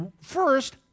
first